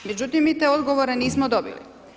Međutim, mi te odgovore nismo dobili.